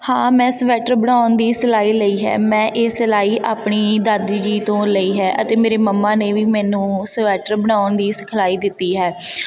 ਹਾਂ ਮੈਂ ਸਵੈਟਰ ਬਣਾਉਣ ਦੀ ਸਿਲਾਈ ਲਈ ਹੈ ਮੈਂ ਇਹ ਸਿਲਾਈ ਆਪਣੀ ਦਾਦੀ ਜੀ ਤੋਂ ਲਈ ਹੈ ਅਤੇ ਮੇਰੇ ਮੰਮਾ ਨੇ ਵੀ ਮੈਨੂੰ ਉਸ ਸਵੈਟਰ ਬਣਾਉਣ ਦੀ ਸਿਖਲਾਈ ਦਿੱਤੀ ਹੈ